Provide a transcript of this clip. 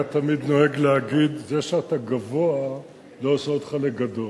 היה תמיד נוהג להגיד: זה שאתה גבוה לא עושה אותך לגדול.